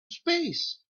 space